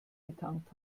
getankt